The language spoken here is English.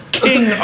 king